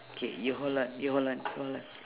k you hold on you hold on hold on